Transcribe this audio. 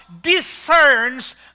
discerns